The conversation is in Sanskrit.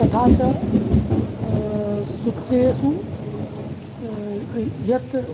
तथा च सूत्रेषु य यत्